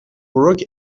بروک